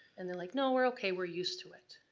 and they're like, no, we're okay, we're used to it.